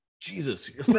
Jesus